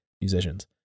musicians